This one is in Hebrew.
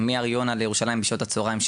ומהר יונה לירושלים בשעות הצהריים,